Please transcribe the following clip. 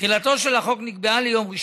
תחילתו של החוק נקבעה ליום 1